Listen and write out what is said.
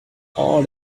all